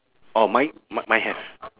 orh mine mi~ mine have